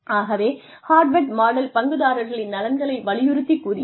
ஆகவே Harvard model பங்குதாரர்களின் நலன்களை வலியுறுத்திக் கூறியது